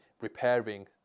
repairing